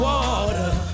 water